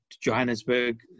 Johannesburg